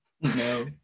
no